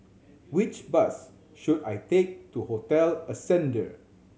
which bus should I take to Hotel Ascendere